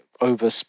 over